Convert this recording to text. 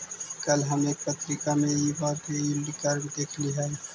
कल हम एक पत्रिका में इ बार के यील्ड कर्व देखली हल